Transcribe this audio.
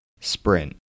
sprint